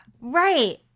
right